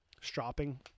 stropping